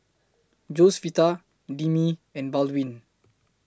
Josefita Demi and Baldwin